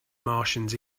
martians